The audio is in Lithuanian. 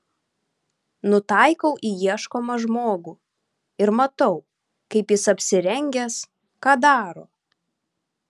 nutaikau į ieškomą žmogų ir matau kaip jis apsirengęs ką daro